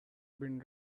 been